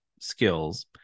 skills